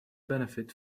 benefit